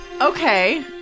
Okay